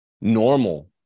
normal